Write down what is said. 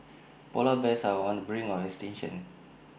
Polar Bears are on the brink of extinction